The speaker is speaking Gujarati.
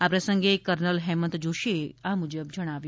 આ પ્રસંગે કર્નલ હેમંત જોશીએ આ મુજબ જણાવ્યું